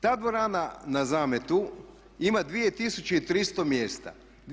Ta dvorana na Zametu ima 2300 mjesta.